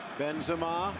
benzema